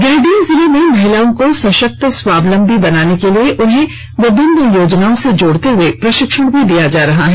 गिरिडीह जिलें मे महिलाओं को सश्क्त स्वावलंबी बनाने के लिए उन्हें विभिन्न योजनाओं से जोड़ते हए प्रशिक्षण भी दिया जा रहा है